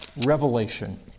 revelation